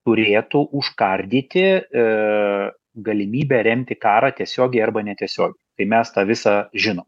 turėtų užkardyti į galimybę remti karą tiesiogiai arba netiesiogiai tai mes tą visą žinom